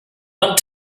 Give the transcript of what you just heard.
want